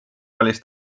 valis